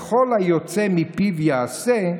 "ככל היוצא מפיו יעשה,